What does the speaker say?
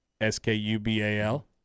S-K-U-B-A-L